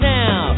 now